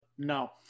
No